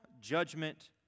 judgment